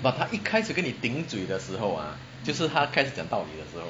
but 他一开始跟你顶嘴的时候啊就是他开始讲道理的时候